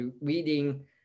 reading